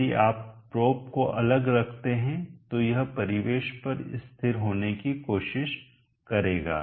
यदि आप प्रोब को अलग रखते हैं तो यह परिवेश पर स्थिर होने की कोशिश करेगा